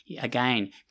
again